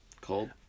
Cold